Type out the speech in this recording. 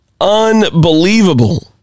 unbelievable